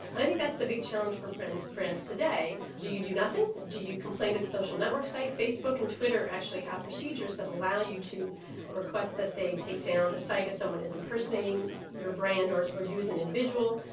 and i think that's the big challenge for brands brands today do you do nothing, do you complain to the social network site? facebook and twitter actually have procedures that allow you to request that they take down a site if someone is impersonating your brand, or or use an individual.